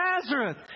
Nazareth